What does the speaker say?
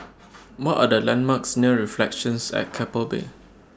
What Are The landmarks near Reflections At Keppel Bay